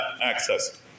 access